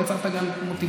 ויצרת גם מוטיבציות,